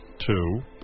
Two